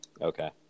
Okay